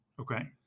Okay